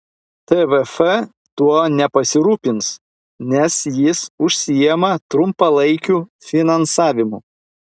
tvf tuo nepasirūpins nes jis užsiima trumpalaikiu finansavimu